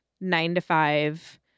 nine-to-five